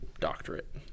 doctorate